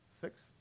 six